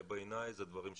בעיניי זה דברים שונים.